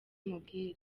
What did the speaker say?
amubwira